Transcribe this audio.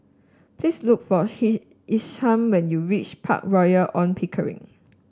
please look for Isham when you reach Park Royal On Pickering